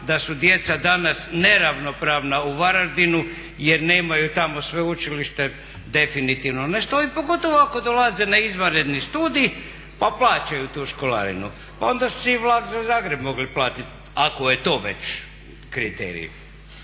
da su djeca danas neravnopravna u Varaždinu, jer nemaju tamo sveučilište definitivno ne stoji pogotovo ako dolaze na izvanredni studij pa plaćaju tu školarinu. Onda si je i Zagreb mogel platit ako je to već kriterij.